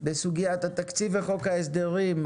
בסוגיית התקציב בחוק ההסדרים,